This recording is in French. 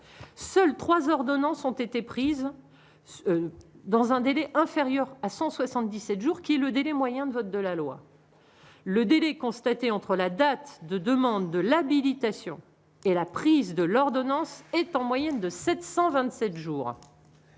seuls 3 ordonnances ont été prises dans un délai inférieur à 177 jours qui le délai moyen de vote de la loi, le délai constaté entre la date de demandes de l'habilitation et la prise de l'ordonnance est en moyenne de 727 jours,